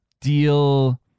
deal